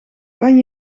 kan